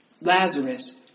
Lazarus